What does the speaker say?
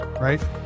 right